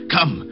Come